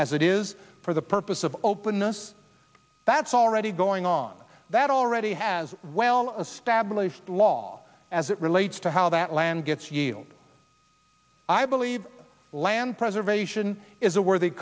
as it is for the purpose of openness that's already going on that already has well established law as it relates to how that land gets yield i believe land preservation is a worthy